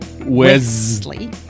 Wesley